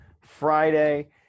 Friday